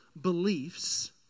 beliefs